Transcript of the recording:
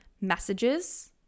messages